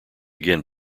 again